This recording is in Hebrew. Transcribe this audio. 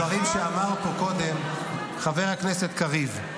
אחזור לדברים שאמר פה קודם חבר הכנסת קריב.